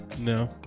No